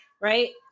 right